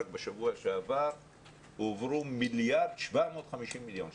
רק בשבוע שעבר הועברו 1,750,000,000 ₪,